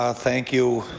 ah thank you,